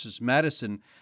Madison